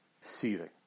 Seething